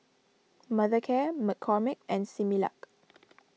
Mothercare McCormick and Similac